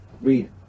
Read